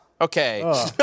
Okay